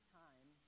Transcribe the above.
time